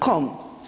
Kom?